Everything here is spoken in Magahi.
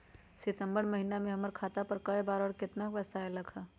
सितम्बर महीना में हमर खाता पर कय बार बार और केतना केतना पैसा अयलक ह?